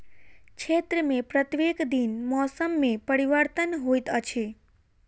क्षेत्र में प्रत्येक दिन मौसम में परिवर्तन होइत अछि